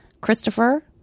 Christopher